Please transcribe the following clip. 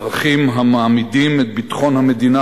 אזרחים המעמידים את ביטחון המדינה